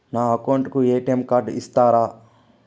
నా అకౌంట్ కు ఎ.టి.ఎం కార్డును ఇస్తారా